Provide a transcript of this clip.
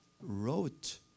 wrote